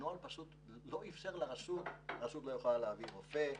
הנוהל לא אפשר לרשות להעביר למשל רופא,